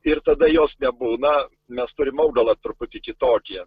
ir tada jos nebūna mes turim augalą truputį kitokį